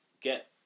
get